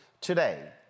today